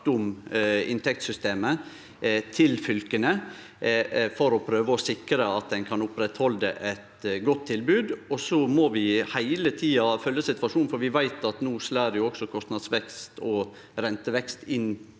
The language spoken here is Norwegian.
om inntektssystemet til fylka for å prøve å sikre at ein kan halde oppe eit godt tilbod. Så må vi heile tida følgje situasjonen, for vi veit at også kostnadsvekst og rentevekst